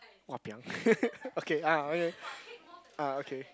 !wapiang! okay ah okay ah okay